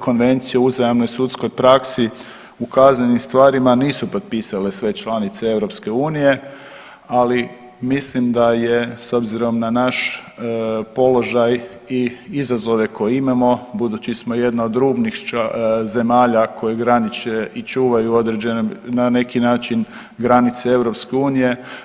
Konvenciju o uzajamnoj sudskoj praksi u kaznenim stvarima nisu potpisale sve članice EU, ali mislim da je, s obzirom na naš položaj i izazove koje imamo, budući smo jedna od rubnih zemalja koje graniče i čuvaju određene, na neki način granice EU,